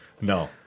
No